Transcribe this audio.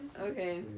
Okay